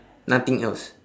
nothing else